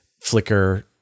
Flickr